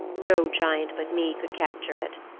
no giant but me could capture it.